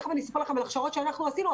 תיכף אני אספר לכם על הכשרות שאנחנו עשינו,